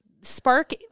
spark